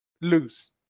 lose